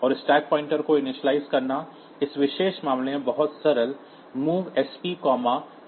और stack pointer को initialise करना इस विशेष मामले में बहुत सरल MOV SP 2Fh है